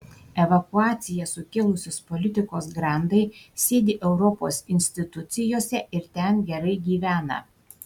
evakuaciją sukėlusios politikos grandai sėdi europos institucijose ir ten gerai gyvena